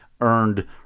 earned